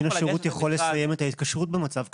השירות יכול לסיים את ההתקשרות במצב כזה,